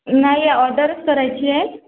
नाही ऑर्डरच करायची आहे